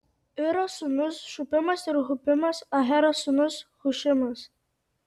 iro sūnūs šupimas ir hupimas ahero sūnus hušimas